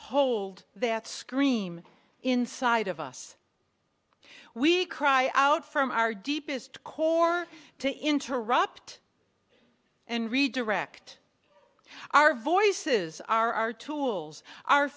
hold that scream inside of us we cry out from our deepest core to interrupt and redirect our voices are our tools our